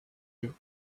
you